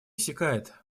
иссякает